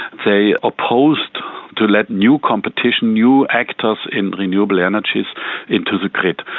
they opposed to let new competition, new actors, in renewable energies into the grid.